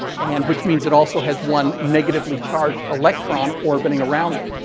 and, which means it also has one negatively charged electron orbiting around it.